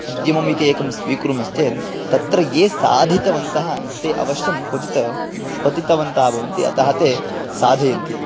उद्यमम् इति एकं स्वीकुर्मश्चेन् तत्र ये साधितवन्तः ते अवश्यं क्वचित् पतितवन्तः भवन्ति अतः ते साधयन्ति